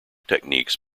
techniques